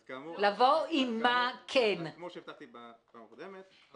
האחד, מה שאמרת קודם ואני לא אחזור על זה,